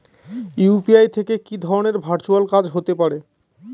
UPI থেকে কি ধরণের ভার্চুয়াল কাজ হতে পারে?